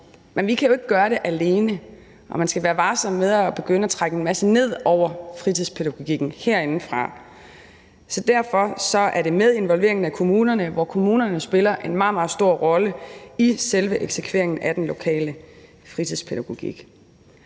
Men vi kan jo ikke gøre det alene, og man skal være varsom med at begynde at trække en masse ned over fritidspædagogikken herindefra. Så derfor er det med involvering af kommunerne, hvor kommunerne spiller en meget, meget stor rolle i selve eksekveringen af den lokale fritidspædagogik.